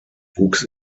wuchs